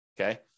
Okay